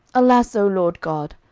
alas, o lord god,